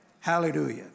Hallelujah